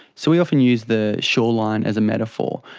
so we often use the shoreline as a metaphor,